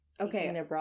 Okay